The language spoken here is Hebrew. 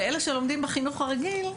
ואלה שלומדים בחינוך הרגיל,